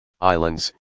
Islands